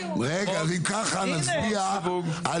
אם ככה נצביע על